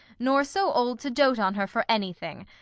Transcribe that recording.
nor so old to dote on her for anything.